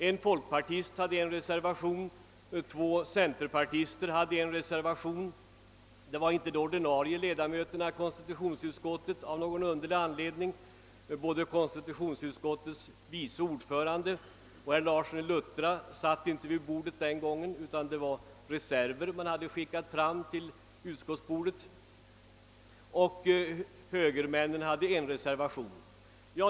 En folkpartist svarade för en reservation och centerpartisterna för en annan. Av någon underlig anledning var det inte de ordinarie ledamöterna i konstitutionsutskottet. Varken dess vice ordförande eller herr Larsson i Luttra satt med vid utskottets bord den gången; man hade i stället skickat fram reserver. Dessutom svarade samtliga högermän för en reservation.